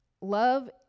love